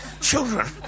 children